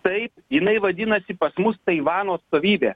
taip jinai vadinasi pas mus taivano atstovybė